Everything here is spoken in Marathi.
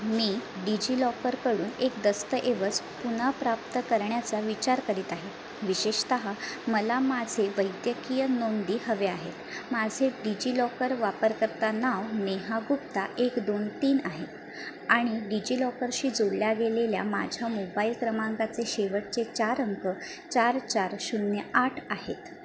मी डिजि लॉकरकडून एक दस्तऐवज पुन्हा प्राप्त करण्याचा विचार करीत आहे विशेषतः मला माझे वैद्यकीय नोंदी हवे आहे माझे डिजि लॉकर वापरकर्ता नाव नेहा गुप्ता एक दोन तीन आहे आणि डिजि लॉकरशी जोडल्या गेलेल्या माझ्या मोबाईल क्रमांकाचे शेवटचे चार अंक चार चार शून्य आठ आहेत